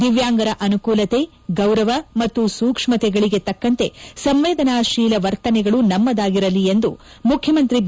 ದಿವ್ಚಾಂಗರ ಅನುಕೂಲತೆ ಗೌರವ ಮತ್ತು ಸೂಕ್ಷತೆಗಳಿಗೆ ತಕ್ಕಂತೆ ಸಂವೇದನಾಶೀಲ ವರ್ತನೆಗಳು ನಮ್ಮದಾಗಿರಲಿ ಎಂದು ಮುಖ್ಯಮಂತ್ರಿ ಬಿ